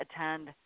attend